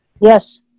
Yes